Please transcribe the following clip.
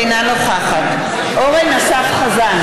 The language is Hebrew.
אינה נוכחת אורן אסף חזן,